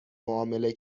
معامله